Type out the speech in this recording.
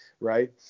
right